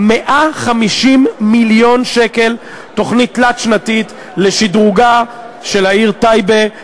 150 מיליון שקל לתוכנית תלת-שנתית לשדרוגה של העיר טייבה.